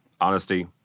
honesty